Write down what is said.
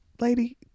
lady